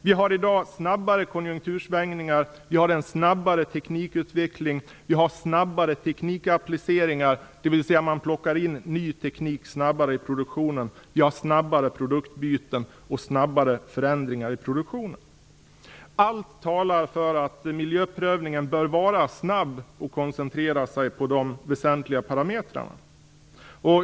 Vi har i dag snabbare konjunktursvängningar, snabbare teknikutveckling, snabbare teknikappliceringar - dvs. man plockar in ny teknik snabbare i produktionen - snabbare produktbyten och snabbare förändringar i produktionen. Allt talar för att miljöprövningen bör vara snabb och koncentrera sig på de väsentliga parametrarna.